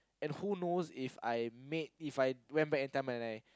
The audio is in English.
and who knows If I make If I went back and tell my lie